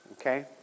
Okay